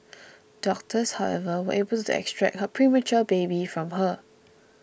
doctors however were able to extract her premature baby from her